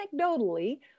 anecdotally